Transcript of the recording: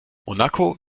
monaco